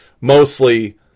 mostly